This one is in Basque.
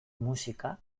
musika